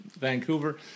Vancouver